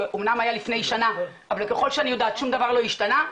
שאמנם היה לפני שנה אבל ככל שאני יודעת שום דבר לא השתנה.